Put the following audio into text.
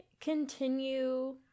continue